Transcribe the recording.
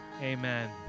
amen